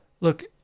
Look